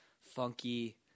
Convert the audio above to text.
funky